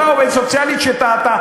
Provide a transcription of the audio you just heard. על אותה עובדת סוציאלית שטעתה,